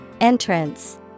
Entrance